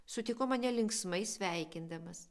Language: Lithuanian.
sutiko mane linksmai sveikindamas